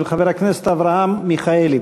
הצעה של חבר הכנסת אברהם מיכאלי.